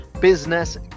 Business